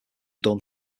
done